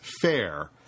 fair